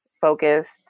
focused